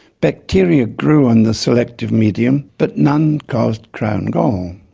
bacteria grew on the selective medium but none caused crown gall.